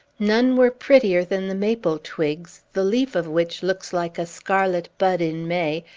none were prettier than the maple twigs, the leaf of which looks like a scarlet bud in may,